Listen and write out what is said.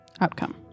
outcome